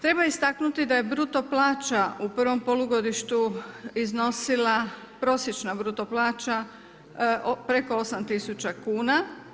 Treba istaknuti da je bruto plaća u prvom polugodištu iznosila, prosječna bruto plaća preko 8000 kuna.